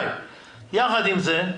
יחד עם זאת,